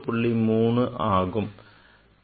3 ஆகும்